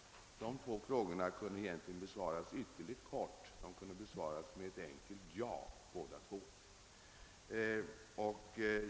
Båda de frågorna kunde egentligen ha besvarats ytterligt kort, nämligen med ett enkelt ja.